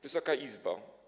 Wysoka Izbo!